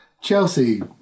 Chelsea